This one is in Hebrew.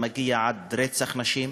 שמגיע עד רצח נשים,